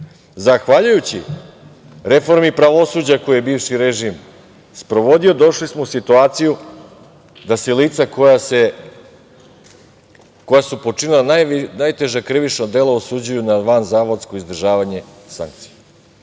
Zahvaljujući reformi pravosuđa koju je bivši režim sprovodio, došli smo u situaciju da se lica koja su počinila najteža krivična dela osuđuju na vanzavodsko izdržavanje sankcija. Da